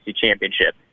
championship